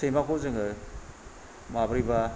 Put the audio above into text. सैमाखौ जोङो माब्रैबा